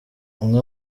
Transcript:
umwe